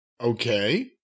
Okay